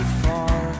far